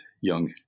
young